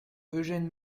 eugène